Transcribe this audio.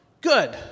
Good